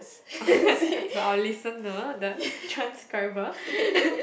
I heard I will listen orh the transcriber